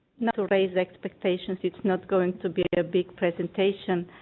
but basic dictation it's not going to be deadbeat presentation ah.